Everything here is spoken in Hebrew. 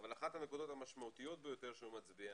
אבל אחת הנקודות המשמעותיות ביותר שהוא מצביע,